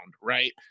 Right